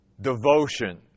devotion